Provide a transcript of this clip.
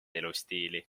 elustiili